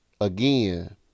again